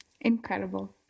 incredible